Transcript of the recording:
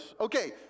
Okay